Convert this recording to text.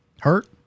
Hurt